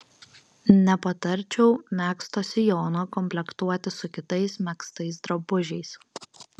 nepatarčiau megzto sijono komplektuoti su kitais megztais drabužiais